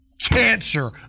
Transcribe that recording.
cancer